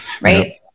Right